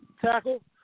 tackle